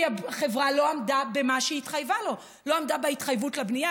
כי החברה לא עמדה במה שהתחייבה לו לא עמדה בהתחייבות לבנייה,